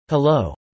Hello